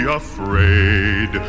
afraid